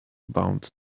bound